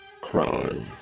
crime